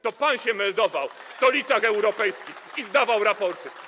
To pan się meldował w stolicach europejskich i zdawał raporty.